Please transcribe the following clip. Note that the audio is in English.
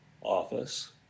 Office